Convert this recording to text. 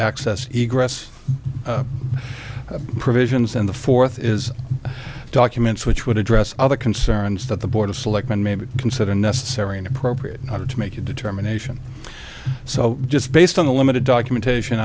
access a grass provisions in the fourth is documents which would address other concerns that the board of selectmen maybe consider necessary and appropriate in order to make a determination so just based on the limited documentation